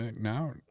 Now